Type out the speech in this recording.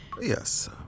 Yes